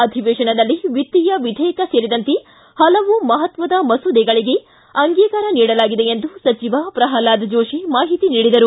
ಅಧಿವೇತನದಲ್ಲಿ ವಿತ್ತೀಯ ವಿಧೇಯಕ ಸೇರಿದಂತೆ ಹಲವು ಮಹತ್ವದ ಮಸೂದೆಗಳಗೆ ಅಂಗೀಕಾರ ನೀಡಲಾಗಿದೆ ಎಂದು ಸಚಿವ ಪ್ರಲ್ವಾದ್ ಜೋಶಿ ಮಾಹಿತಿ ನೀಡಿದರು